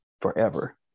forever